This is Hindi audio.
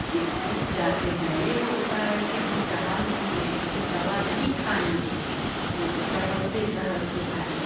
ई ऊब जाते हैं यह होता है कि हम टहल लेंगे लेकिन दवा नहीं खाएँगे हम तो टहलते टहलते भाई